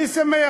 אני שמח.